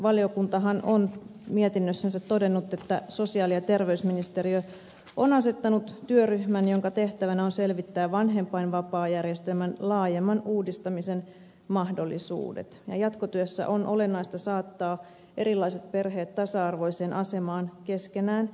valiokuntahan on mietinnössänsä todennut että sosiaali ja terveysministeriö on asettanut työryhmän jonka tehtävänä on selvittää vanhempainvapaajärjestelmän laajemman uudistamisen mahdollisuudet ja jatkotyössä on olennaista saattaa erilaiset perheet tasa arvoiseen asemaan keskenään